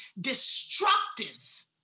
destructive